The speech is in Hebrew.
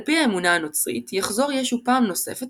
על פי האמונה הנוצרית יחזור ישו פעם נוספת